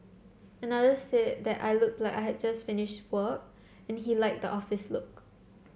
another said that I looked like I had just finished work and he liked the office look